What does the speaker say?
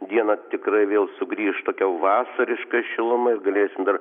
dieną tikrai vėl sugrįš tokia vasariška šiluma ir galėsim dar